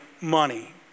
money